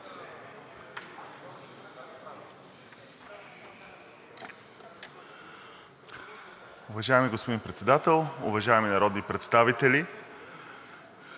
Уважаеми господин Председател, уважаеми народни представители!